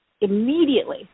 immediately